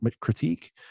critique